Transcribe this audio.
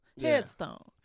headstone